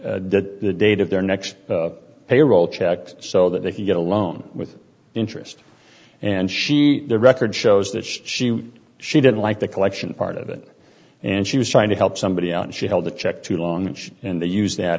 o the date of their next payroll check so that they can get a loan with interest and she the record shows that she she didn't like the collection part of it and she was trying to help somebody out and she held the check to long range and they use that